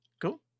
Cool